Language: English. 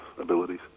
abilities